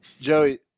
Joey